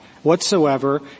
whatsoever